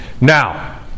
Now